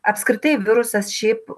apskritai virusas šiaip